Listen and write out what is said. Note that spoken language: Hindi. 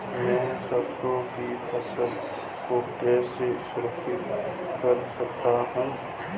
मैं सरसों की फसल को कैसे संरक्षित कर सकता हूँ?